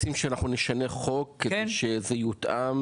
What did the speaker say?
רוצים שאנחנו נשנה חוק כדי שזה יותאם